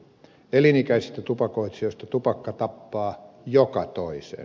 elinikäisistä tupakoitsijoista tupakka tappaa joka toisen